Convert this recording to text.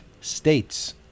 states